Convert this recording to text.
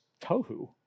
tohu